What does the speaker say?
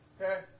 Okay